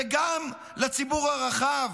וגם לציבור הרחב,